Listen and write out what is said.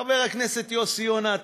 חבר הכנסת יוסי יונה,